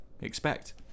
expect